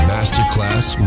Masterclass